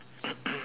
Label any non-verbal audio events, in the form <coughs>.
<coughs>